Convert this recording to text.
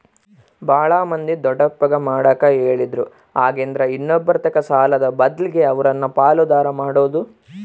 ಬಾಳ ಮಂದಿ ದೊಡ್ಡಪ್ಪಗ ಮಾಡಕ ಹೇಳಿದ್ರು ಹಾಗೆಂದ್ರ ಇನ್ನೊಬ್ಬರತಕ ಸಾಲದ ಬದ್ಲಗೆ ಅವರನ್ನ ಪಾಲುದಾರ ಮಾಡೊದು